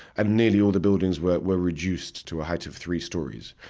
and nearly all the buildings were were reduced to a height of three stories.